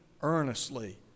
earnestly